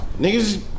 Niggas